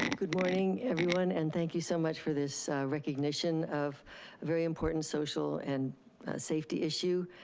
good morning everyone, and thank you so much for this recognition of a very important social and safety issue.